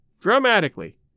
dramatically